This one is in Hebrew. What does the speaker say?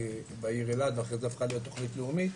בעיר אילת ואחרי זה הפכה להיות תוכנית לאומית.